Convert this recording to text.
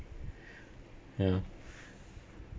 ya